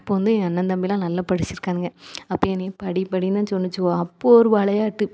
அப்போ வந்து என் அண்ணன் தம்பி எல்லாம் நல்லா படிச்சிருக்கானுங்க அப்போ என்னையும் படி படினு தான் சொன்னுச்சுவோ அப்போ ஒரு விளையாட்டு